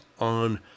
on